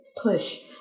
push